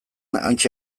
hantxe